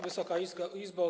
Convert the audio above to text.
Wysoka Izbo!